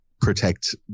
protect